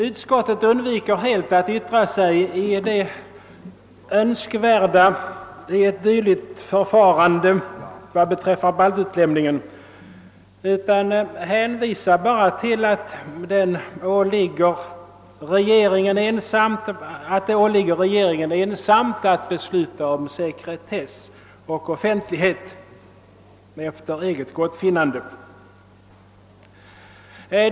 Utskottet undviker helt att yttra sig om det önskvärda i en dylik åtgärd och hänvisar bara till att det åligger regeringen ensam att efter eget gottfinnande besluta om sekretess och offentlighet.